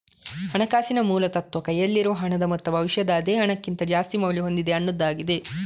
ಹಣಕಾಸಿನ ಮೂಲ ತತ್ವ ಕೈಯಲ್ಲಿರುವ ಹಣದ ಮೊತ್ತ ಭವಿಷ್ಯದ ಅದೇ ಹಣಕ್ಕಿಂತ ಜಾಸ್ತಿ ಮೌಲ್ಯ ಹೊಂದಿದೆ ಅನ್ನುದಾಗಿದೆ